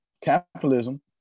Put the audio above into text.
capitalism